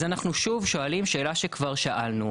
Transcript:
אז אנחנו שואלים שוב שאלה שכבר שאלנו: